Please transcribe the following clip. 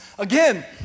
Again